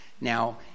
Now